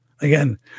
again